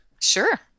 Sure